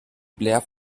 blair